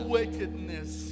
wickedness